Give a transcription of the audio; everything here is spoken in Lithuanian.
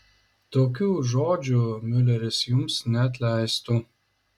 tokių žodžių miuleris jums neatleistų